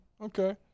okay